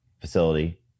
facility